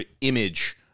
image